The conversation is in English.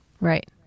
right